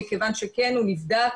מכיוון שהוא כן נבדק.